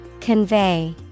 Convey